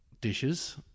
dishes